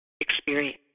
experience